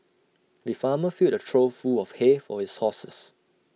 the farmer filled A trough full of hay for his horses